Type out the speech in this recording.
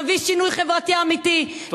נביא שינוי חברתי אמיתי,